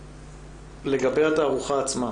לגבי התערוכה עצמה